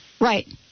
Right